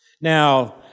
Now